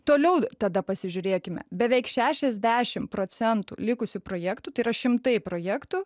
toliau tada pasižiūrėkime beveik šešiasdešim procentų likusių projektų tai yra šimtai projektų